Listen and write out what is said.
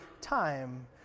time